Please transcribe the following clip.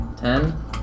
Ten